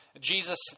Jesus